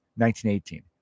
1918